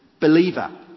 believer